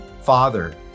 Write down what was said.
father